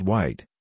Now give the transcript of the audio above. White